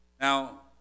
Now